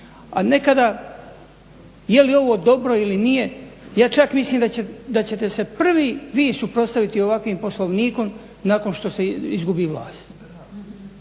A nekada je li ovo dobro ili nije, ja čak mislim da ćete se prvi vi suprotstaviti ovakvim Poslovnikom nakon što se izgubi vlast.